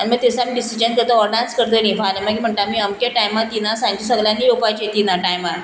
आनी मागीर थंयसर डिसिजन घेता हो डांस करतलीं फाल्यां मागीर म्हणटा आमी अमके टायमार तिना सांजचे सगल्यान येवपाचें तिना टायमार